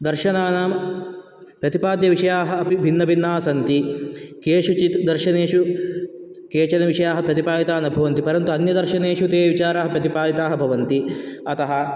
दर्शनानां प्रतिपाद्यविषयाः अपि भिन्नभिन्नाः सन्ति केषुचित् दर्शनेषु केचन विषयाः प्रतिपादित न भवन्ति परन्तु अन्यदर्शनेषु ते विचाराः प्रतिपादिताः भवन्ति अतः